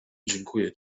dziękuję